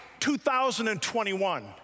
2021